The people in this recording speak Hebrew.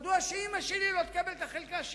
מדוע שאמא שלי לא תקבל את החלקה שלה?